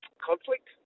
conflict